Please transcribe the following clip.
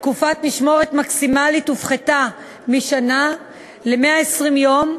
תקופת המשמורת המקסימלית הופחתה משנה ל-120 יום,